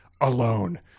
alone